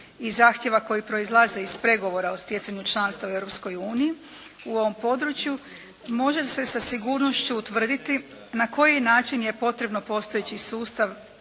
i zahtjeva koji proizlaze iz pregovora o stjecanju članstva u Europskoj uniji u ovom području, može se sa sigurnošću utvrditi na koji način je potrebno postojeći sustav